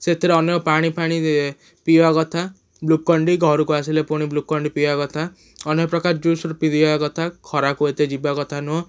ସେଥିରେ ଅନେକ ପାଣି ଫାଣି ପିଇବା କଥା ଗ୍ଲୁକନ୍ ଡ଼ି ଘରକୁ ଆସିଲେ ପୁଣି ଗ୍ଲୁକନ୍ ଡ଼ି ପିଇବା କଥା ଅନେକ ପ୍ରକାର ଜୁସ୍ ପିଇବା କଥା ଖରାକୁ ଏତେ ଯିବା କଥା ନୁହେଁ